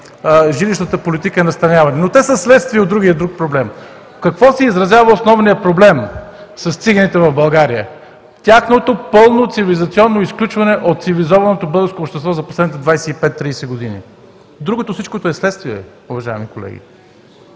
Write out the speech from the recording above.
жилищната политика и настаняване, но те са следствие от другия проблем. В какво се изразява основният проблем с циганите в България? Тяхното пълно цивилизационно изключване от цивилизованото българско общество за последните 25 – 30 години. Всичко друго е следствие, уважаеми колеги.